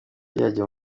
yajya